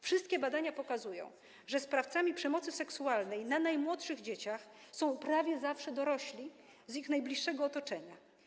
Wszystkie badania pokazują, że sprawcami przemocy seksualnej na najmłodszych dzieciach są prawie zawsze dorośli z ich najbliższego otoczenia.